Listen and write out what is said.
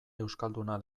euskalduna